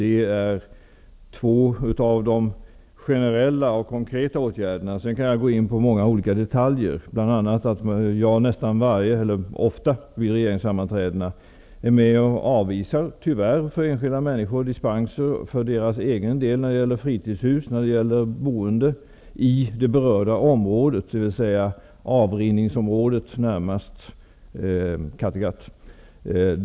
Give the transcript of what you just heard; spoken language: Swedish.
Det här var två av de generella och konkreta åtgärderna. Sedan kan jag gå in på många olika detaljer, t.ex. att jag ofta vid regeringsssammanträdena är med och avvisar, tyvärr för enskilda människor, dispenser för fritidshus och annat boende i det berörda området, dvs. avrinningsområdet närmast Kattegatt.